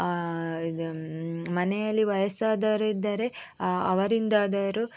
ಇದು ಮನೆಯಲ್ಲಿ ವಯಸ್ಸಾದವರಿದ್ದರೆ ಅವರಿಂದಾದರೂ